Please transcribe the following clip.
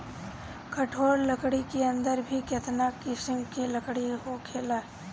कठोर लकड़ी के अंदर भी केतना किसिम के लकड़ी होखेला